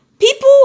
people